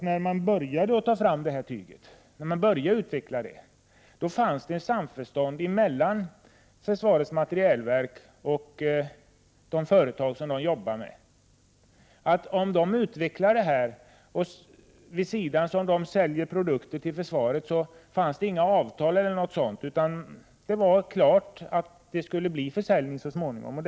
När man började med att utveckla detta tyg, fanns det ett samförstånd mellan försvarets materielverk och de företag som har ett samarbete med försvaret. Det fanns visserligen inte något avtal, men om dessa företag utvecklade detta tyg vid sidan av annan tillverkning av produkter för försvarets räkning, var det klart att det så småningom skulle komma till stånd en försäljning. Det är därför som det aldrig upprättades några avtal. Nu Prot.